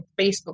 Facebook